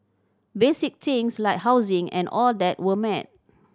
basic things like housing and all that were met